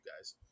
guys